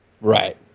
right